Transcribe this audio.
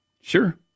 Sure